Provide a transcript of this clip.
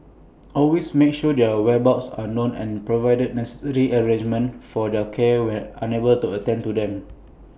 always make sure their whereabouts are known and provide necessary arrangements for their care when unable to attend to them